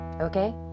Okay